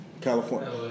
California